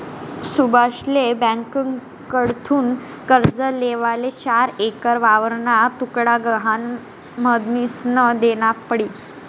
सुभाषले ब्यांककडथून कर्ज लेवाले चार एकर वावरना तुकडा गहाण म्हनीसन देना पडी